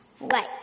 Right